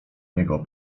niego